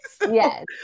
Yes